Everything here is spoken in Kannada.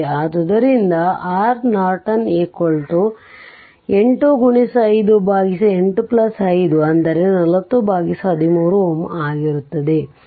ಆದ್ದರಿಂದ R Norton 8 x5 854013 Ωಆಗಿರುತ್ತದೆ